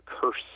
curse